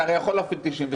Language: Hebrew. אתה הרי יכול להפעיל 98,